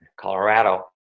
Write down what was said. colorado